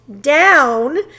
down